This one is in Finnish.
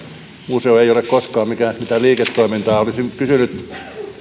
museo ei ole koskaan mitään liiketoimintaa olisin kysynyt